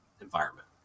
environment